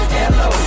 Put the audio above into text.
hello